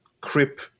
crip